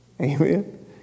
Amen